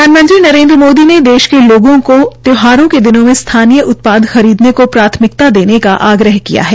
प्रधानमंत्री नरेन्द्र मोदी ने देश के लोगों को त्यौहारों के दिनों में स्थानीय उत्पाद खरीदने को प्राथमिकता देने का आग्रह किया है